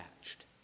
attached